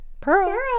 Pearl